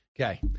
Okay